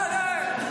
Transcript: די, די.